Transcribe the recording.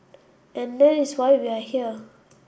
and that is why we are here